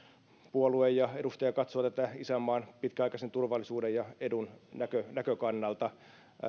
puolue ja edustaja katsoo tätä isänmaan pitkäaikaisen turvallisuuden ja edun näkökannalta